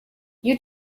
you